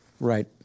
Right